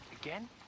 Again